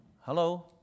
Hello